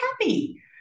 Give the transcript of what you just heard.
happy